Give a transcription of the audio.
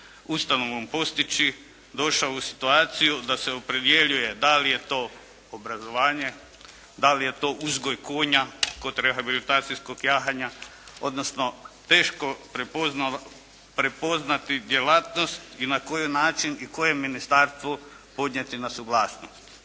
ustanovom postići došao u situaciju da se opredjeljuje da li je to obrazovanje, da li je to uzgoj konja kod rehabilitacijskog jahanja odnosno teško prepoznati djelatnost i na koji način i kojem ministarstvu podnijeti na suglasnost.